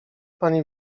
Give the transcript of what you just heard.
pani